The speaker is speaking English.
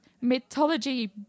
mythology